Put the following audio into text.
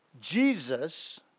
Jesus